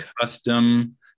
custom